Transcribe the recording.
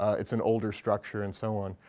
it's an older structure and so on.